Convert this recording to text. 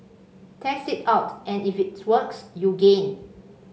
test it out and if it works you gain